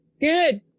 Good